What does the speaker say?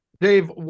Dave